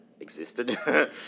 existed